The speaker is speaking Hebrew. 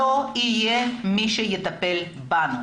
לא יהיה מי שיטפל בנו.